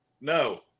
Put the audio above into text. No